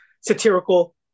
satirical